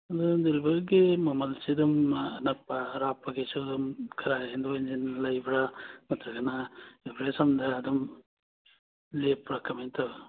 ꯑꯗꯨ ꯗꯤꯂꯤꯚꯔꯒꯤ ꯃꯃꯜꯁꯤ ꯑꯗꯨꯝ ꯑꯅꯛꯄ ꯑꯔꯥꯞꯄꯒꯤꯁꯨ ꯑꯗꯨꯝ ꯈꯔ ꯍꯦꯟꯗꯣꯛ ꯍꯦꯟꯖꯤꯟ ꯂꯩꯕ꯭ꯔꯥ ꯅꯠꯇ꯭ꯔꯒꯅ ꯑꯦꯚꯔꯦꯖ ꯑꯝꯗ ꯑꯗꯨꯝ ꯂꯦꯞꯄ꯭ꯔꯥ ꯀꯃꯥꯏꯅ ꯇꯧꯋꯤ